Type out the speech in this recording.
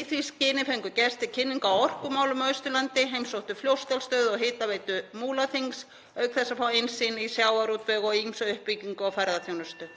Í því skyni fengu gesti kynningu á orkumálum á Austurlandi, heimsóttu Fljótsdalsstöð og hitaveitu Múlaþings auk þess að fá innsýn í sjávarútveg og ýmsa uppbyggingu á ferðaþjónustu.